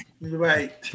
Right